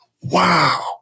Wow